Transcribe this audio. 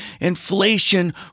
Inflation